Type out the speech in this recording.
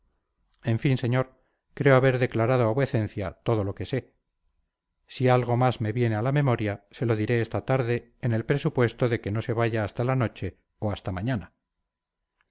en fin señor creo haber declarado a vuecencia todo lo que sé si algo más me viene a la memoria se lo diré esta tarde en el presupuesto de que no se vaya hasta la noche